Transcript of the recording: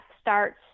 starts